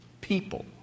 people